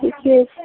ठीके छै